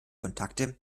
kontakte